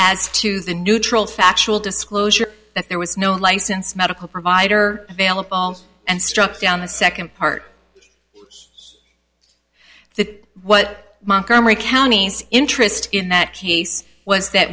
as to the neutral factual disclosure that there was no licensed medical provider available and struck down the second part it what montgomery county's interest in that case was that